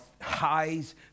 highs